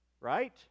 right